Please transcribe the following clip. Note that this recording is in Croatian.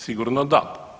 Sigurno da.